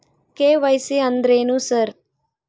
KYC ಅಂದ್ರೇನು sir?